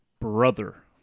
brother